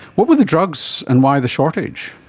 what were the drugs and why the shortage?